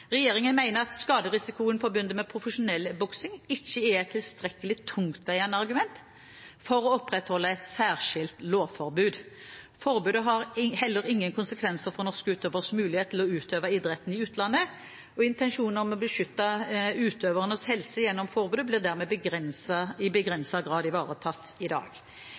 Regjeringen mener at skaderisikoen forbundet med profesjonell boksing ikke er et tilstrekkelig tungtveiende argument for å opprettholde et særskilt lovforbud. Forbudet har heller ingen konsekvenser for norske utøveres mulighet til å utøve idretten i utlandet. Intensjonen om å beskytte utøvernes helse gjennom forbudet blir dermed i begrenset grad ivaretatt i dag.